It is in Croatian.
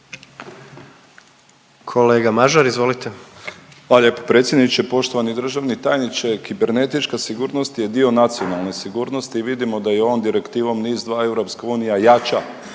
Hvala lijepo predsjedniče, poštovani državni tajniče. Kibernetička sigurnost je dio nacionalne sigurnosti i vidimo da i ovom Direktivom NIS-2 EU jača